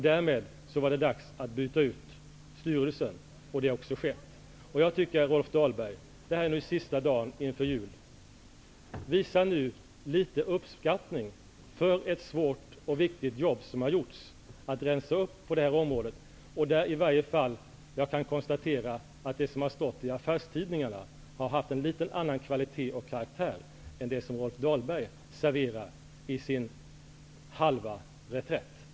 Därmed var det dags att byta ut styrelsen, och det har också skett. Jag tycker att Rolf Dahlberg så här sista dagen inför juluppehållet borde visa litet uppskattning för det svåra och viktiga jobb som har gjorts för att rensa upp på det här området. Det som har stått i affärstidningarna har haft en litet annan kvalitet och karaktär än det som Rolf Dahlberg serverade i sin halva reträtt.